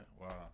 Wow